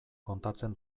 kontatzen